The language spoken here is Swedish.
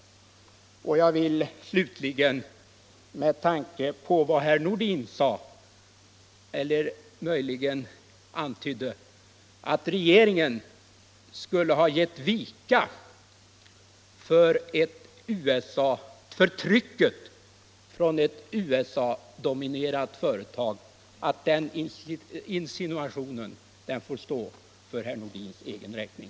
Herr Nordin antydde att regeringen skulle ha gett vika för trycket från ett USA dominerat företag. Den insinuationen får stå för herr Nordins egen räkning.